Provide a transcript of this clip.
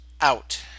out